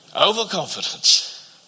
Overconfidence